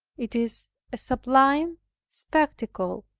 it is a sublime spectacle,